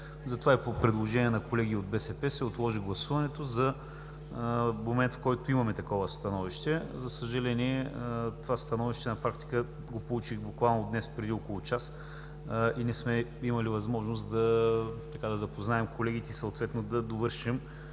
Затова и по предложение на колеги от БСП се отложи гласуването за момент, в който имаме такова становище. За съжаление, това становище на практика го получих буквално днес, преди около час, и не сме имали възможност да запознаем колегите и да довършим